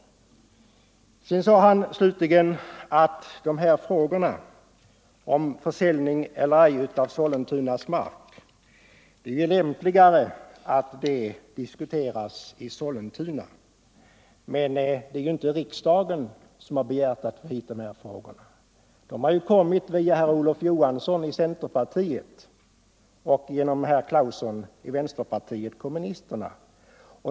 Slutligen sade herr Danell att det är lämpligare att diskutera frågorna om försäljning eller ej av Sollentunas mark i Sollentuna. Men det är inte riksdagen som begärt att få hit dessa frågor. De har kommit via Olof Johansson i centerpartiet och Tore Claeson i vänsterpartiet kommunisterna.